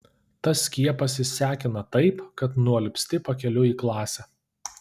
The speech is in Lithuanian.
tas skiepas išsekina taip kad nualpsti pakeliui į klasę